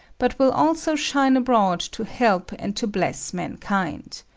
but will also shine abroad to help and to bless mankind.